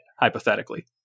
hypothetically